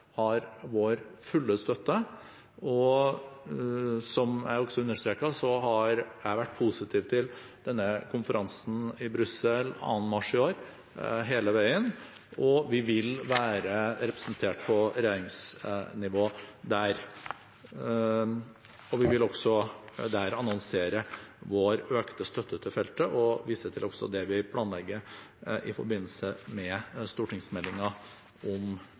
har vår fulle støtte. Som jeg også understreket, har jeg vært positiv til denne konferansen i Brussel 2. mars i år hele veien, og vi vil være representert på regjeringsnivå der. Vi vil også der annonsere vår økte støtte til feltet og vise til det vi planlegger i forbindelse med stortingsmeldingen om